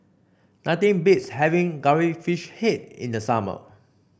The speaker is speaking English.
nothing beats having Curry Fish Head in the summer